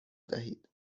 دهید